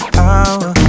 power